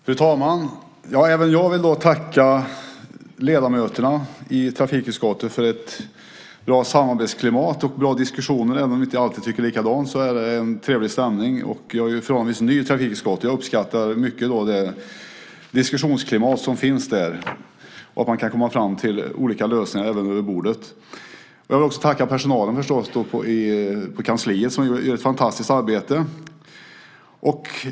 Fru talman! Även jag vill tacka ledamöterna i trafikutskottet för ett bra samarbetsklimat och bra diskussioner. Även om vi inte alltid tycker likadant är det en trevlig stämning. Jag är förhållandevis ny i trafikutskottet, och jag uppskattar mycket det diskussionsklimat som finns där och att man kan komma fram till olika lösningar vid bordet. Jag vill förstås också tacka personalen på kansliet som gör ett fantastiskt arbete.